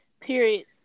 periods